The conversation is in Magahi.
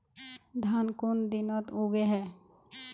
धान कुन दिनोत उगैहे